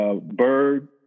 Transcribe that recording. Bird